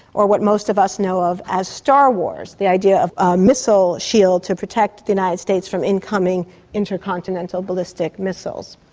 or what most of us know of as star wars, the idea of a missile shield to protect the united states from incoming intercontinental ballistic missiles.